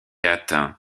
atteint